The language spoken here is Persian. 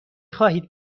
خواهید